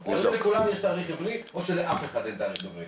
או שלכולם יש תאריך עברי או שלאף אחד אין תאריך עברי,